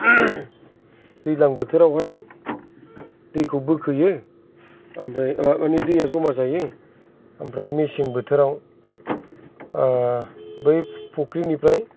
दैलां बोथोरावहाय दैखौ बोखोयो ओमफ्राय माने दैया ज'मा जायो ओमफ्राय मेसें बोथोराव बै फख्रिनिफ्राय